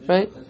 Right